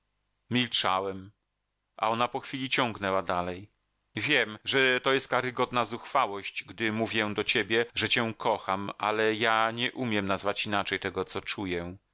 człowieku milczałem a ona po chwili ciągnęła dalej wiem że to jest karygodna zuchwałość gdy mówię do ciebie że cię kocham ale ja nie umiem nazwać inaczej tego co czuję